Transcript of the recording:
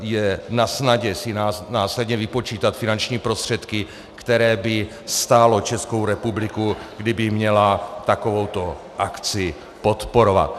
Je nasnadě si následně vypočítat finanční prostředky, které by stálo Českou republiku, kdyby měla takovouto akci podporovat.